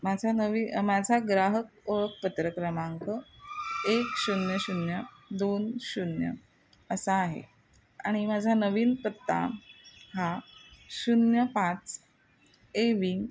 माझा नवी माझा ग्राहक ओळखपत्र क्रमांक एक शून्य शून्य दोन शून्य असा आहे आणि माझा नवीन पत्ता हा शून्य पाच ए विंग